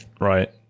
Right